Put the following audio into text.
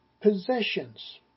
possessions